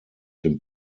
den